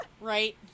Right